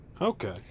Okay